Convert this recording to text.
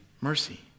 mercy